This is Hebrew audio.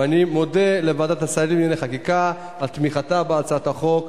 ואני מודה לוועדת השרים לענייני חקיקה על תמיכתה בהצעת החוק.